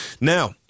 Now